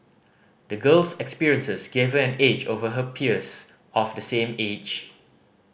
the girl's experiences gave her an edge over her peers of the same age